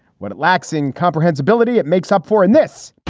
what it lacks incomprehensibility. it makes up for in this.